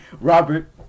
Robert